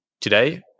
today